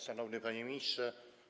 Szanowny Panie Ministrze!